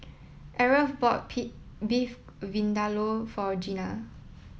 Aarav bought Beef Vindaloo for Gena